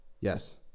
Yes